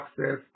access